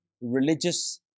religious